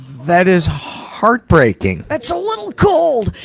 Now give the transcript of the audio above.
that is heartbreaking. it's a little cold.